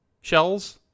Shells